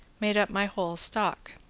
made up my whole stock.